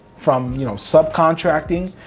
from you know subcontracting,